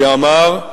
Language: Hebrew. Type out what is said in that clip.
שאמר: